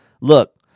Look